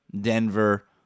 Denver